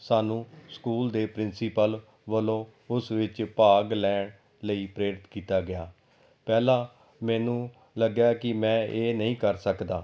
ਸਾਨੂੰ ਸਕੂਲ ਦੇ ਪ੍ਰਿੰਸੀਪਲ ਵੱਲੋਂ ਉਸ ਵਿੱਚ ਭਾਗ ਲੈਣ ਲਈ ਪ੍ਰੇਰਿਤ ਕੀਤਾ ਗਿਆ ਪਹਿਲਾਂ ਮੈਨੂੰ ਲੱਗਿਆ ਕਿ ਮੈਂ ਇਹ ਨਹੀਂ ਕਰ ਸਕਦਾ